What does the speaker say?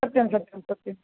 सत्यं सत्यं सत्यम्